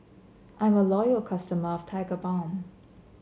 I'm a loyal customer of Tigerbalm